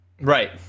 Right